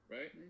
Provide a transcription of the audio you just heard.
Right